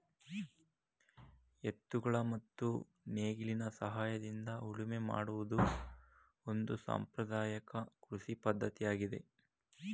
ಎತ್ತುಗಳ ಮತ್ತು ನೇಗಿಲಿನ ಸಹಾಯದಿಂದ ಉಳುಮೆ ಮಾಡುವುದು ಒಂದು ಸಾಂಪ್ರದಾಯಕ ಕೃಷಿ ಪದ್ಧತಿಯಾಗಿದೆ